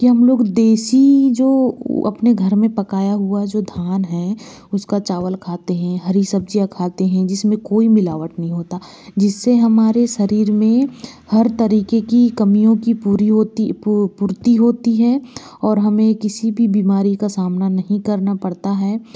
कि हम लोग देशी जो अपने घर में पकाया हुआ जो धान है उसका चावल खाते हैं हरी सब्ज़ियाँ खाते हैं जिसमें कोई मिलावट नहीं होता जिससे हमारे शरीर में हर तरीके की कमियों की पूरी होती पूर्ति होती है और हमें किसी भी बीमारी का सामना नहीं करना पड़ता है